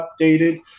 updated